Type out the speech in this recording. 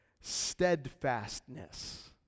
steadfastness